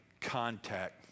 contact